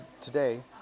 today